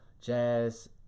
Jazz